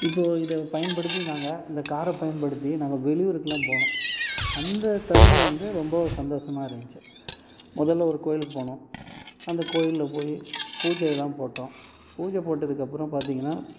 இப்போது இதை பயன்படுத்தி நாங்கள் இந்த காரை பயன்படுத்தி நாங்கள் வெளியூருக்கெலாம் போனோம் அந்த தருணம் வந்து ரொம்ப சந்தோஷமாக இருந்துச்சி முதல்ல ஒரு கோயிலுக்கு போனோம் அந்த கோயில்ல போய் பூஜை எல்லாம் போட்டோம் பூஜை போட்டதுக்கப்பறம் பார்த்தீங்கன்னா